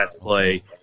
play